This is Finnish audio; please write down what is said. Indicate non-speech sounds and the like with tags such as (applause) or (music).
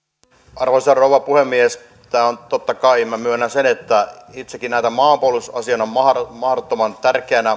arvoisa rouva puhemies totta kai minä myönnän sen että itsekin näen tämän maanpuolustusasian maanpuolustustahdon maanpuolustuskyvyn mahdottoman tärkeänä (unintelligible)